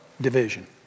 Division